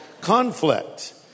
conflict